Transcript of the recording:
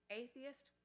atheist